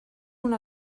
una